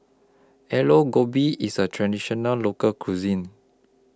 Aloo Gobi IS A Traditional Local Cuisine